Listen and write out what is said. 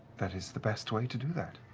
that is the best way to do that.